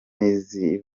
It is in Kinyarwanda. kazi